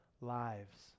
lives